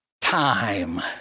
time